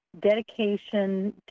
dedication